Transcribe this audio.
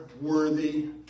worthy